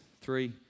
Three